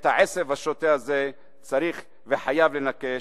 את העשב השוטה הזה צריך וחייבים לנכש,